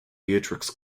beatrix